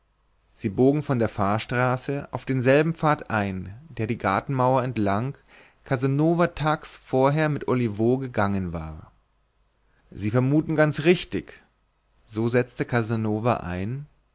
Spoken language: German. sie bogen von der fahrstraße auf denselben pfad ein den die gartenmauer entlang casanova tags vorher mit olivo gegangen war sie vermuten ganz richtig so setzte casanova ein